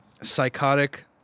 psychotic